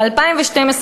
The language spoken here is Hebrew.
ב-2012,